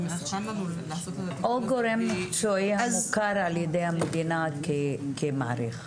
או גורם מקצועי המוכר על ידי המדינה כמעריך.